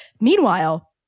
Meanwhile